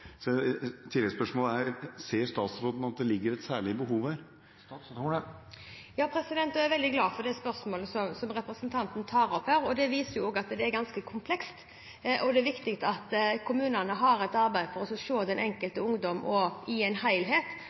Så tilleggsspørsmålet er: Ser statsråden at det foreligger et særlig behov her? Jeg er veldig glad for det spørsmålet som representanten tar opp her. Det viser også at dette er ganske komplekst, og det er viktig at kommunene i sitt arbeid ser den enkelte ungdom i en helhet.